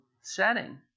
setting